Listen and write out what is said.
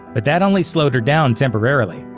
but that only slowed her down temporarily.